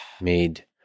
made